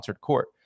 court